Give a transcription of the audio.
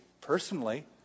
personally